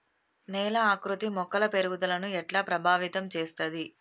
నేల ఆకృతి మొక్కల పెరుగుదలను ఎట్లా ప్రభావితం చేస్తది?